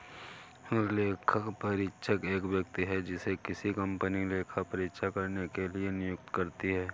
लेखापरीक्षक एक व्यक्ति है जिसे किसी कंपनी लेखा परीक्षा करने के लिए नियुक्त करती है